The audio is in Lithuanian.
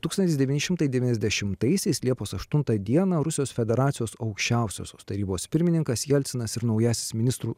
tūkstantis devyni šimtai devyniasdešimtaisiais liepos aštuntą dieną rusijos federacijos aukščiausiosios tarybos pirmininkas jelcinas ir naujasis ministrų